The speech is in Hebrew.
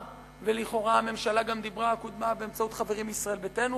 ולכאורה הממשלה גם דיברה או קודמה באמצעות חברים מישראל ביתנו,